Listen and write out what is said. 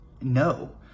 no